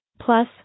Plus